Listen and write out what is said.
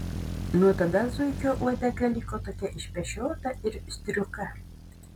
nuo tada zuikio uodega liko tokia išpešiota ir striuka